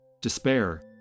despair